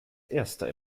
erster